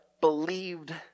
believed